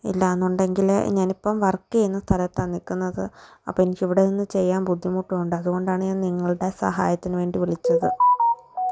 ഇല്ലയെന്നുണ്ടെങ്കിൽ ഞാനിപ്പം വർക്ക് ചെയ്യുന്ന സ്ഥലത്താണ് നിൽക്കുന്നത് അപ്പം എനിക്കിവിടെ നിന്നു ചെയ്യാൻ ബുദ്ധിമുട്ടുണ്ട് അതുകൊണ്ടാണ് ഞാൻ നിങ്ങളുടെ സഹായത്തിനു വേണ്ടി വിളിച്ചത്